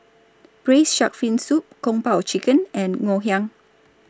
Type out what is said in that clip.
Braised Shark Fin Soup Kung Po Chicken and Ngoh Hiang